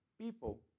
people